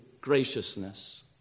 graciousness